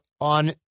on